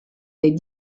les